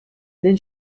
then